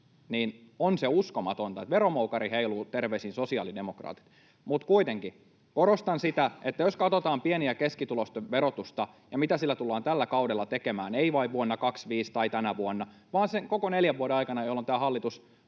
On se uskomatonta. Veromoukari heiluu, terveisin sosiaalidemokraatit. Kuitenkin korostan sitä, että jos katsotaan pieni- ja keskituloisten verotusta ja mitä sille tullaan tällä kaudella tekemään — ei vain vuonna 25 tai tänä vuonna, vaan sen koko neljän vuoden aikana, jolloin tämä hallitus